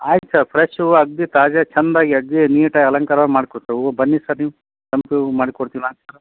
ಆಯ್ತು sir fresh ಹೂ ಅಗದಿ ತಾಜಾ ಛಂದಾಗಿ ಅಗದಿ ನೀಟಾಗಿ ಅಲಂಕಾರ ಮಾಡಿ ಕೊಡ್ತೀವಿ ಹೂ ಬನ್ನಿ ಸರ್ ನೀವು ಬಂದು ಹೂ ಮಾಡಿ ಕೊಡ್ತೀವಿ ನಾವು ಸರ್